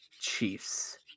Chiefs